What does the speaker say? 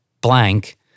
blank